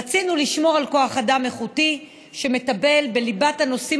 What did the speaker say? רצינו לשמור על כוח אדם איכותי שמטפל בליבת הנושאים